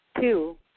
Two